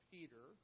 Peter